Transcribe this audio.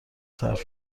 صرف